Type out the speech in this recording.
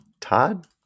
Todd